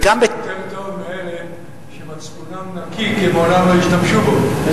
זה יותר טוב מאלה שמצפונם נקי כי מעולם לא השתמשו בו.